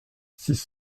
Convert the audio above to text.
six